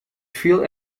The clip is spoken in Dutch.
veel